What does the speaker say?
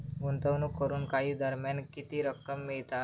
गुंतवणूक करून काही दरम्यान किती रक्कम मिळता?